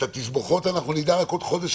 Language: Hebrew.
את התסבוכות אנחנו נדע רק עוד חודש,